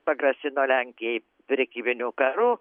pagrasino lenkijai prekybiniu karu